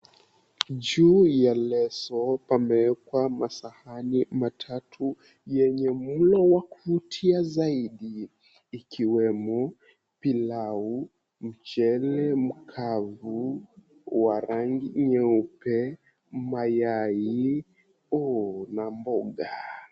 Juu ya leso, pamewekwa masahani matatu yenye mlo wa kuvutia zaidi. Ikiwemo pilau, mchele mkavu wa rangi nyeupe, mayai, na mboga.